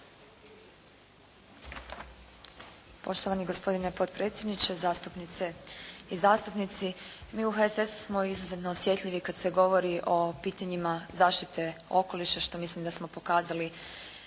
Poštovani gospodine potpredsjedniče, zastupnice i zastupnici. Mi u HSS-u smo izuzetno osjetljivi kad se govori o pitanjima zaštite okoliša što mislim da smo pokazali